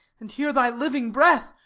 and hear thy living breath,